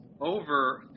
over